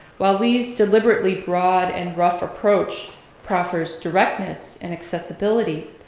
while lee's deliberately broad and rough approach proffers directness and accessibility,